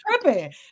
tripping